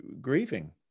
grieving